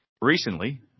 Recently